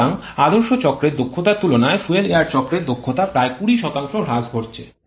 সুতরাং আদর্শ চক্রের দক্ষতার তুলনায় ফুয়েল এয়ার চক্রের দক্ষতায় প্রায় ২০ হ্রাস ঘটেছে